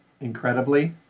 incredibly